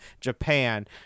Japan